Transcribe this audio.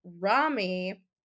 Rami